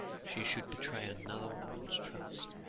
she should betray another woman's trust.